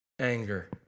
anger